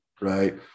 right